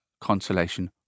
consolation